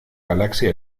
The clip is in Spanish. galaxia